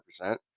100%